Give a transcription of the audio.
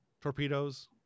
torpedoes